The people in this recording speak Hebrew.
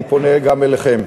אני פונה גם אליכם.